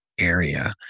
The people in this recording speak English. area